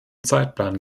zeitplan